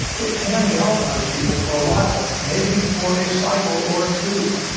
it can galvanize people for a while, maybe for a cycle or two.